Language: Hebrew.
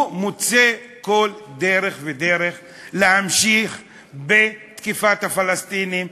הוא מוצא כל דרך להמשיך בתקיפת הפלסטינים,